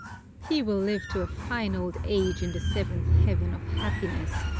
he will live to a fine old age in the seventh heaven of happiness,